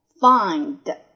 find